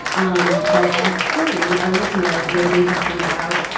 um but as carrie, our listener, wrote in to point out,